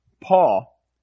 Paul